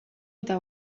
eta